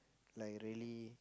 like really